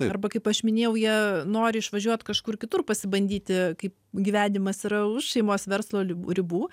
arba kaip aš minėjau jie nori išvažiuot kažkur kitur pasibandyti kaip gyvenimas yra už šeimos verslo ribų